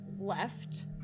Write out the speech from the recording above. left